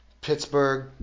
Pittsburgh